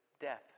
death